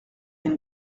une